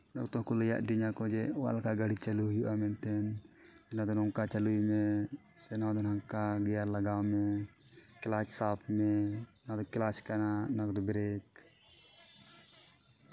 ᱡᱚᱛᱚ ᱠᱚ ᱞᱟᱹᱭ ᱟᱹᱫᱤᱧᱟ ᱡᱮ ᱚᱠᱟ ᱞᱮᱠᱟ ᱜᱟᱹᱲᱤ ᱪᱟᱹᱞᱩᱭ ᱦᱩᱭᱩᱜᱼᱟ ᱢᱮᱱᱛᱮᱜ ᱚᱱᱟ ᱫᱚ ᱱᱚᱝᱠᱟ ᱪᱟᱹᱞᱩᱭᱢᱮ ᱱᱚᱣᱟ ᱫᱚ ᱱᱚᱝᱠᱟ ᱜᱤᱭᱟᱨ ᱞᱟᱜᱟᱣ ᱢᱮ ᱠᱞᱟᱪ ᱥᱟᱵ ᱢᱮ ᱱᱚᱣᱟ ᱫᱚ ᱠᱞᱟᱪ ᱠᱟᱱᱟ ᱚᱱᱟ ᱠᱚᱫᱚ ᱵᱨᱮᱠ